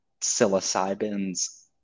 psilocybin's